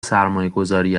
سرمایهگذاری